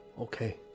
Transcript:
Okay